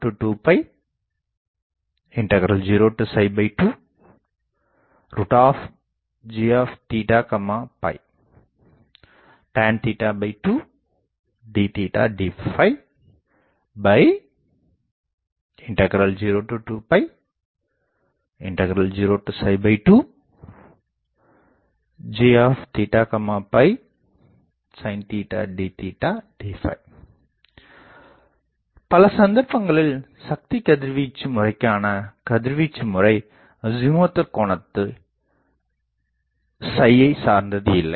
i4f2a20202g12 tan 2 d d20202g sin d d பல சந்தர்ப்பங்களில் சக்தி கதிர்வீச்சு முறைக்கான கதிர்வீச்சு முறை அஜீமொத்தல் கோணத்தை சார்ந்து இல்லை